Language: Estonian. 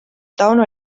tauno